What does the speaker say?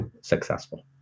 successful